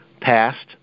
past